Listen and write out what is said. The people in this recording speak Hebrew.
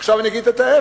עכשיו אני אגיד את ההיפך: